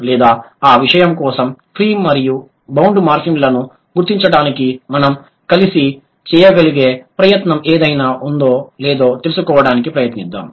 లేదా ఆ విషయం కోసం ఫ్రీ మరియు బౌండ్ మార్ఫిమ్లను గుర్తించడానికి మనం కలిసి చేయగలిగే ప్రయత్నం ఏదైనా ఉందో లేదో తెలుసుకోవడానికి ప్రయత్నిద్దాం